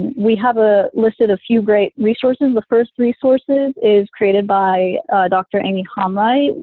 we have a listed a few great resources. the first resources is created by dr. aimi hamraie,